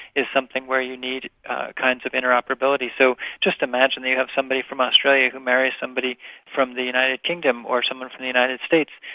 is something where you need kinds of interoperability. so just imagine you have somebody from australia who marries somebody from the united kingdom or someone from the united states,